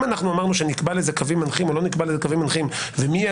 אם אמרנו שנקבע לזה קווים מנחים ומי יהיה